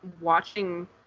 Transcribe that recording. watching